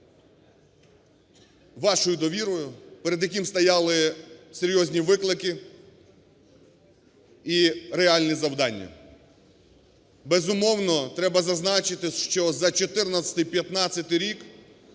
вашою довірою, перед яким стояли серйозні виклики і реальні завдання. Безумовно, треба зазначити, що за 2014-2015 рік